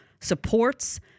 supports